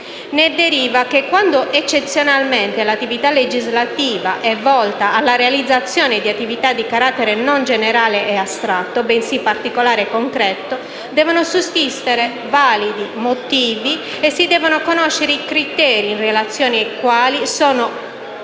Ne deriva che, quando eccezionalmente l'attività legislativa è volta alla realizzazione di attività di carattere non generale ed astratto, bensì particolare e concreto, devono sussistere validi motivi e si devono conoscere i criteri in relazione ai quali sono effettuate